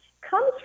comes